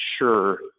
sure